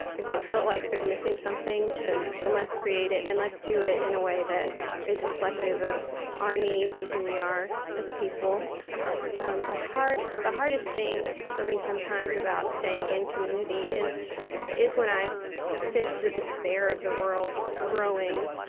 if they feel like they're missing something, then then let's create it, and let's do it in a way that is reflective of our needs and who we are as a people um the hardest thing for me sometimes about staying in community is is when i sense the despair of the world growing.